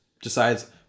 decides